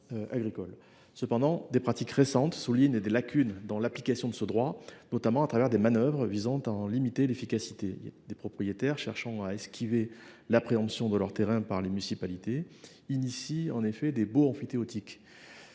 agricoles. Cependant, des pratiques récentes ont mis en évidence des lacunes dans l’application de ce droit, notamment au travers de manœuvres visant à limiter son efficacité. En effet, des propriétaires cherchant à esquiver la préemption de leur terrain par les municipalités concluent des baux emphytéotiques.